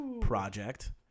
project